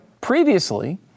Previously